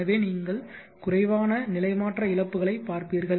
எனவே நீங்கள் குறைவான நிலைமாற்ற இழப்புகளை பார்ப்பீர்கள்